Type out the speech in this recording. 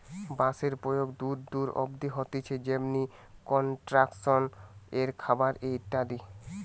বাঁশের প্রয়োগ দূর দূর অব্দি হতিছে যেমনি কনস্ট্রাকশন এ, খাবার এ ইত্যাদি